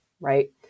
right